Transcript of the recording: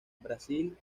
brasil